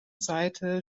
seite